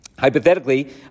Hypothetically